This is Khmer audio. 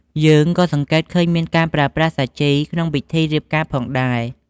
យើងក៏សង្កេតឃើញមានការប្រើប្រាស់សាជីក្នុងពិធីរៀបការផងដែរ។